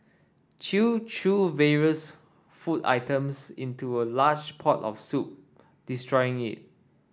chew threw various food items into a large pot of soup destroying it